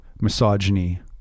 misogyny